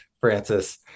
Francis